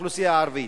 לאוכלוסייה הערבית,